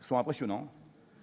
sont impressionnants